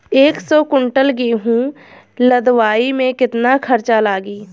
एक सौ कुंटल गेहूं लदवाई में केतना खर्चा लागी?